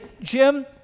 Jim